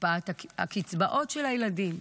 הקפאת הקצבאות של הילדים,